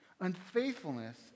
Unfaithfulness